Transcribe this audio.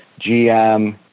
GM